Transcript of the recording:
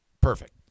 Perfect